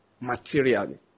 materially